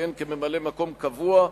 שכיהן כממלא-מקום קבוע,